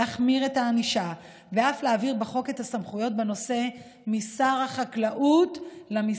להחמיר את הענישה ואף להעביר בחוק את הסמכויות בנושא משר החקלאות אליי,